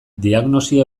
diagnosi